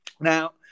Now